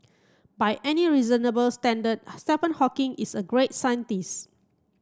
by any reasonable standard Stephen Hawking is a great scientist